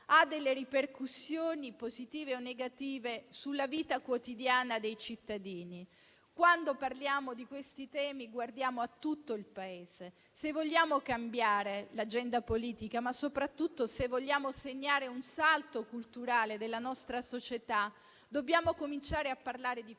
ha ripercussioni positive o negative sulla vita quotidiana dei cittadini. Quando parliamo di questi temi, guardiamo a tutto il Paese. Se vogliamo cambiare l'agenda politica, ma soprattutto se vogliamo segnare un salto culturale della nostra società, dobbiamo cominciare a parlare di questi